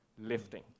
lifting